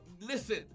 Listen